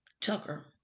Tucker